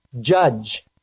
judge